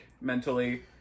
mentally